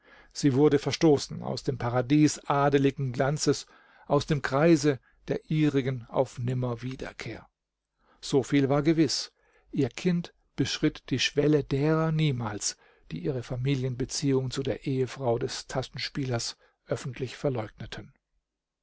sie wurde verstoßen aus dem paradiese adeligen glanzes aus dem kreise der ihrigen auf nimmerwiederkehr so viel war gewiß ihr kind beschritt die schwelle derer niemals die ihre familienbeziehung zu der ehefrau des taschenspielers öffentlich verleugneten